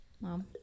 Mom